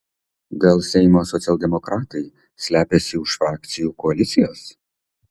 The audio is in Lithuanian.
gal seimo socialdemokratai slepiasi už frakcijų koalicijos